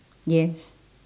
yes